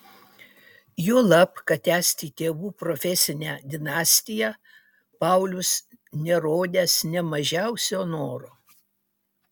juolab kad tęsti tėvų profesinę dinastiją paulius nerodęs nė mažiausio noro